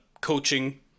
coaching